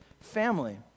family